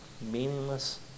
meaningless